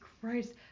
Christ